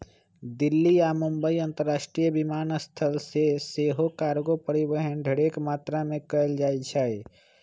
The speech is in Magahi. दिल्ली आऽ मुंबई अंतरराष्ट्रीय विमानस्थल से सेहो कार्गो परिवहन ढेरेक मात्रा में कएल जाइ छइ